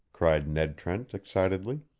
cried ned trent, excitedly.